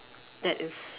that is